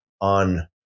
on